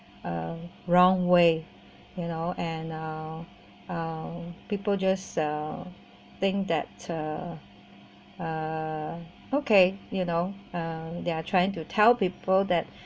uh wrong way you know and uh uh people just uh think that uh uh okay you know uh they are trying to tell people that